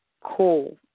cool